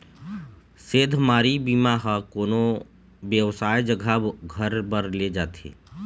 सेधमारी बीमा ह कोनो बेवसाय जघा घर बर ले जाथे